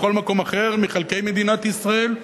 בכל מקום אחר מחלקי מדינת ישראל,